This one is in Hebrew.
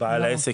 בעל העסק,